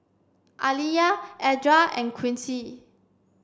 Aliyah Edra and Quincy